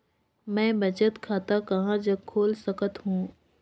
मैं बचत खाता कहां जग खोल सकत हों?